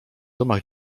domach